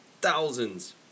thousands